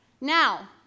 Now